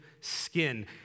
skin